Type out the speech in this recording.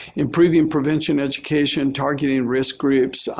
improving prevention education, targeting risk groups.